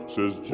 Says